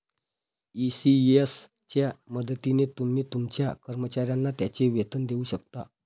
ECS च्या मदतीने तुम्ही तुमच्या कर्मचाऱ्यांना त्यांचे वेतन देऊ शकता